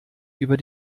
über